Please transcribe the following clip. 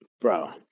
Bro